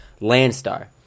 Landstar